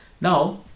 Now